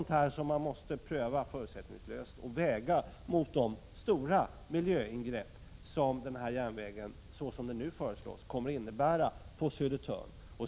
Det är sådant man måste pröva förutsättningslöst och väga mot de stora miljöingrepp som den här järnvägen såsom den nu föreslås kommer att innebära på Södertörn.